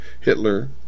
Hitler